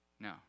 no